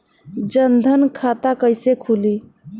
जनधन खाता कइसे खुली?